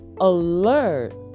alert